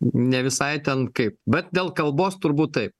ne visai ten kaip bet dėl kalbos turbūt taip